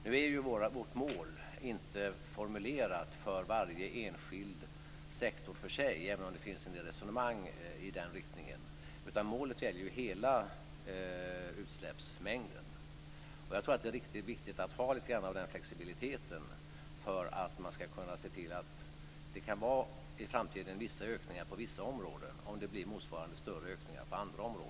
Nu är ju vårt mål inte formulerat för varje enskild sektor för sig, även om det finns en del resonemang i den riktningen, utan målet gäller ju hela utsläppsmängden. Jag tror att det är viktigt att ha lite grann av den flexibiliteten för att man skall kunna se till att det i framtiden kan vara vissa ökningar på vissa områden, om det blir motsvarande större ökningar på andra områden.